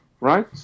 right